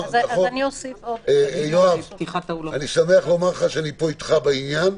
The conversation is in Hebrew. יואב, אני שמח לומר לך שאני אתך בעניין,